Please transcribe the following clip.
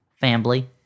Family